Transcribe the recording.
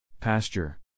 Pasture